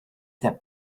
that